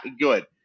good